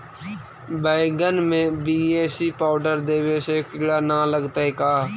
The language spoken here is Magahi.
बैगन में बी.ए.सी पाउडर देबे से किड़ा न लगतै का?